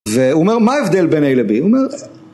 והוא אומר, מה ההבדל בין איי לבי?